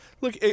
look